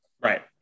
right